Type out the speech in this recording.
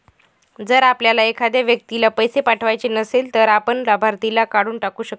जर आपल्याला एखाद्या व्यक्तीला पैसे पाठवायचे नसेल, तर आपण लाभार्थीला काढून टाकू शकतो